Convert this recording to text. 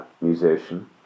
musician